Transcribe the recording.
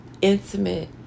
intimate